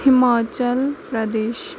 Himachal Pradesh